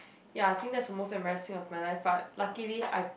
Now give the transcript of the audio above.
ya I think that's the most embarrassing of my life but luckily I